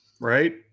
Right